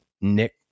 Nick